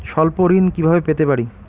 স্বল্প ঋণ কিভাবে পেতে পারি?